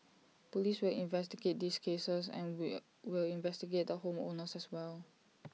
Police will investigate these cases and will we'll investigate the home owners as well